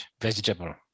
vegetable